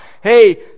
hey